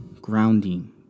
grounding